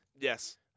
Yes